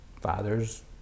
father's